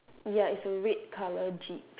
ya it's a red colour jeep